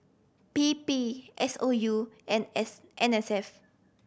P P S O U and S N S F